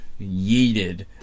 yeeted